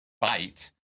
bite